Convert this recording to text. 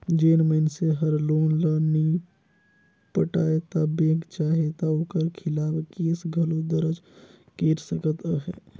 जेन मइनसे हर लोन ल नी पटाय ता बेंक चाहे ता ओकर खिलाफ केस घलो दरज कइर सकत अहे